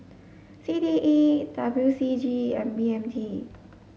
C T E W C G and B M T